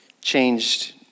changed